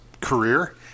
career